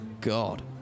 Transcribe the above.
God